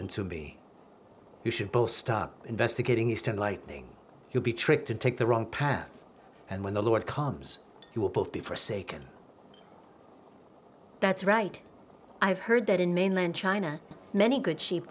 sin to be you should borstar investigating eastern lightning you'll be tricked to take the wrong path and when the lord comes you'll both be for a second that's right i've heard that in mainland china many good sheep